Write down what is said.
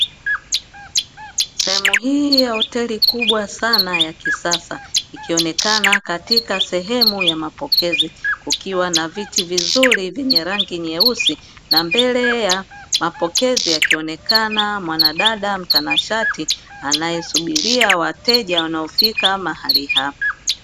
Sehemu hii ya hoteli kubwa sana ya kisasa ikionekana katika sehemu ya mapokezi, kukiwa na viti vizuri vyenye rangi nyeusi na mbele ya mapokezi akionekana mwanadada mtanashati anayesubiria wateja wanaofika mahali hapo.